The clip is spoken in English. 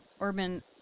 urban